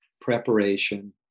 preparation